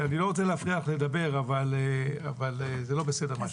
אני לא רוצה להפריע לדבר אבל זה לא בסדר מה שאת עושה.